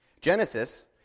Genesis